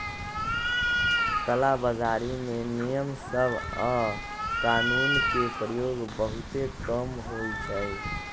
कला बजारी में नियम सभ आऽ कानून के प्रयोग बहुते कम होइ छइ